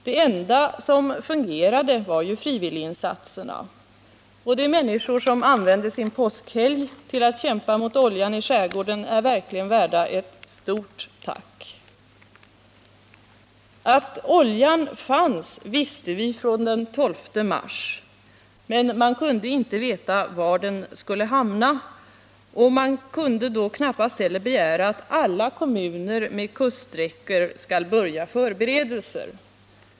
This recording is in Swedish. Det enda som fungerade var ju frivilliginsatserna, och de människor som använde sin påskhelg till att kämpa mot oljan i skärgården är verkligen värda ett stort tack. Att oljan fanns visste vi från den 12 mars, men man kunde inte veta var den skulle hamna, och man kunde då knappast heller begära att alla kommuner med kuststräckor skulle ha börjat vidta förberedelser.